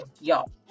y'all